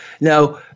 now